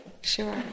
Sure